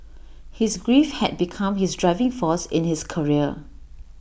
his grief had become his driving force in his career